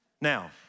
Now